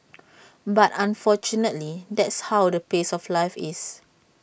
but unfortunately that's how the pace of life is